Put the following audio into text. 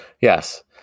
Yes